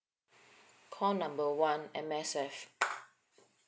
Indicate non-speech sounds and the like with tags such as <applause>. call number one M_S_F <noise>